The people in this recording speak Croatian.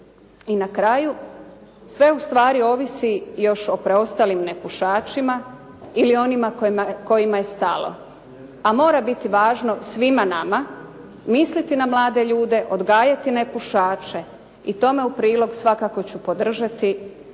I na kraju, sve ustvari ovisi još o preostalim nepušačima ili onima kojima je stalo, a mora biti važno svima nama, misliti na mlade ljude, odgajati nepušače i tome u prilog svakako ću podržati